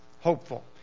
hopeful